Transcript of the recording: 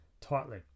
tightly